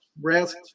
rest